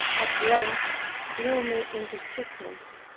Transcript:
at length threw me into sickness.